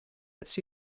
its